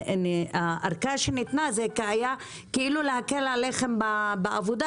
והארכה שניתנה זה היה כאילו כדי להקל עליכם בעבודה,